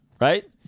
Right